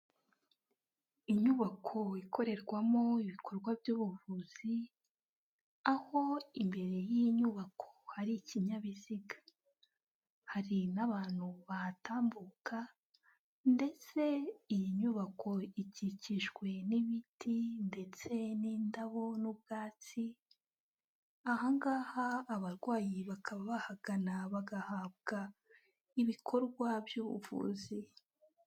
Inyubako ikorerwamo ibikorwa by'ubuvuzi, aho imbere y'iyi nyubako hari ikinyabiziga hari n'abantu bahatambuka ndetse iyi nyubako ikikijwe n'ibiti ndetse n'indabo n'ubwabatsi, ahangaha abarwayi bakaba bahagana bagahabwa ibikorwa by'ubuvuzi.